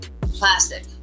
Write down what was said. plastic